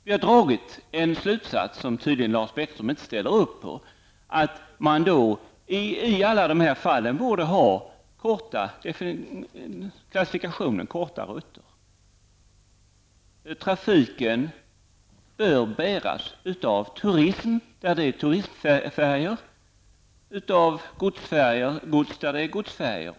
Vi har dragit en slutsats, som Lars Bäckström tydligen inte ställer upp på, nämligen att man i alla dessa fall borde ha klassifikationen korta rutter. Trafiken bör bäras upp av turism, när det är turistfärjor, och av gods när det är godsfärjor.